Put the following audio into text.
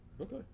okay